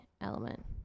element